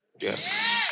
Yes